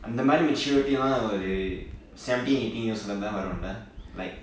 இந்த மாதிரி:intha maathiri maturity ஒறு:oru seventeen eighteen years old தா வரும்ல:thaa varumla